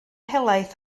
helaeth